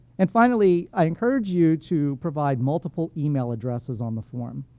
and finally, i encourage you to provide multiple email addresses on the form.